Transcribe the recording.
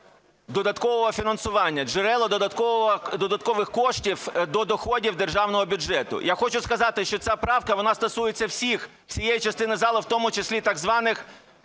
додаткового фінансування, джерела додаткових коштів до доходів державного бюджету. Я хочу сказати, що ця правка, вона стосується всіх, всієї частини залу, в тому числі і так званих